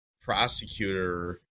prosecutor